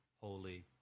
Holy